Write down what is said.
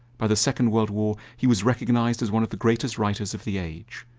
by the second world war, he was recognized as one of the greatest writers of the age.